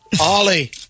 Ollie